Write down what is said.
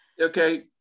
Okay